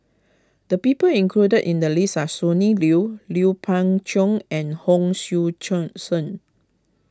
the people included in the list are Sonny Liew Lui Pao Chuen and Hon Sui Qiong Sen